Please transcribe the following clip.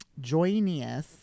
Joinius